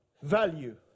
value